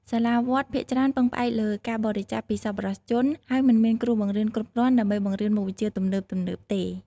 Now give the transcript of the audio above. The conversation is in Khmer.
សាលាវត្តភាគច្រើនពឹងផ្អែកលើការបរិច្ចាគពីសប្បុរសជន ហើយមិនមានគ្រូបង្រៀនគ្រប់គ្រាន់ដើម្បីបង្រៀនមុខវិជ្ជាទំនើបៗទេ។